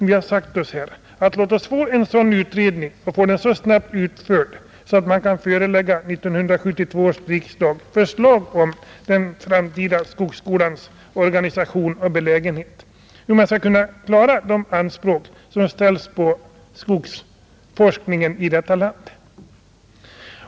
Vi har sagt: Låt oss få en sådan utredning och få den så snabbt utförd att man kan förelägga 1972 års riksdag förslag om den framtida skogshögskolans organisation och belägenhgt. Det behövs för att kunna tillfredsställa de anspråk som ställs på skogsforskningen i detta land.